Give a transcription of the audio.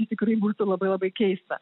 tai tikrai būtų labai labai keista